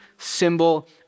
symbol